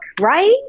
right